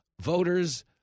voters